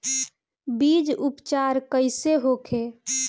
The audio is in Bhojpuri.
बीज उपचार कइसे होखे?